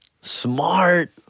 smart